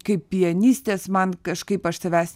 kaip pianistės man kažkaip aš savęs